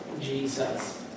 Jesus